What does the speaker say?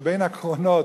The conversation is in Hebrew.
שבין הקרונות,